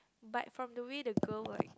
but from the way the girl will